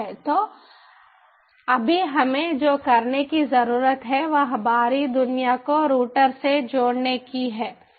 तो अभी हमें जो करने की जरूरत है वह बाहरी दुनिया को राउटर से जोड़ने की है